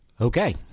Okay